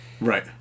Right